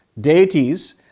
deities